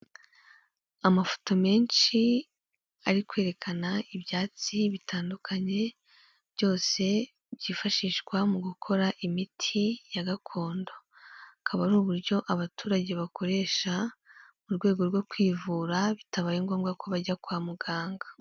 Amafoto menshi ari kwerekana ibyatsi bitandukanye, byose byifashishwa mu gukora imiti ya gakondo, akaba ari uburyo abaturage bakoresha mu rwego rwo kwivura bitabaye ngombwa ko bajya kwa muganga.